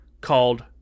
called